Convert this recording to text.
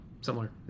similar